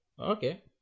okay